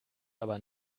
aber